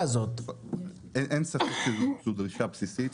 אין ספק שזו דרישה בסיסית.